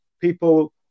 people